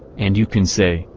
and you can say,